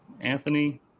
Anthony